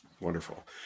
Wonderful